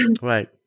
Right